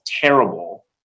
terrible